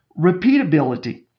Repeatability